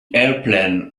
airplane